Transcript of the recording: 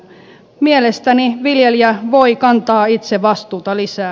mielestäni viljelijä voi kantaa itse vastuuta lisää